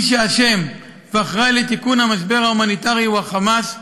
מי שאשם ואחראי לתיקון המשבר ההומניטרי הוא ה"חמאס",